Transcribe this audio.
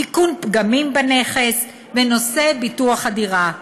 תיקון פגמים בנכס ונושא ביטוח הדירה.